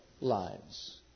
lives